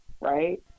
right